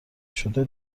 شده